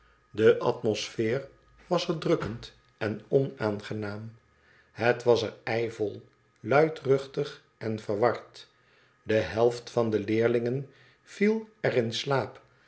de atmosfeer was er drukkend en onaangenaam het was er eivol luidruchtig en verward de helft van de leerlingen viel er in slaap